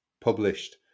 published